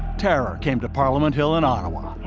terror came to parliament hill in ottawa.